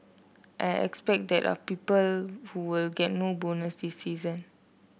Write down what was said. I expect that are people who will get no bonus this season